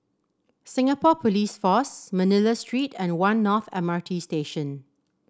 Singapore Police Force Manila Street and One North M R T Station